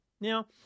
Now